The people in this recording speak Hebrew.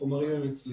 החומרים הם אצלי